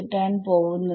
കിട്ടാൻ പോവുന്നത്